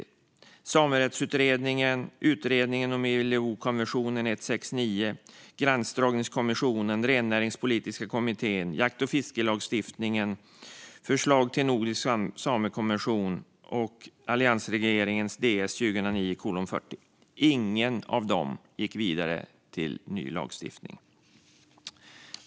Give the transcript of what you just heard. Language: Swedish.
Vi har Samerättsutredningen, Utredningen om ILO-konvention nr 169, Gränsdragningskommissionen för renskötselområdet, Rennäringspolitiska kommittén, utredningen om jakt och fiskelagstiftningen, förslaget om en nordisk samekonvention och alliansregeringens DS2009:40 - men ingen av dem gick vidare till ny lagstiftning.